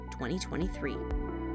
2023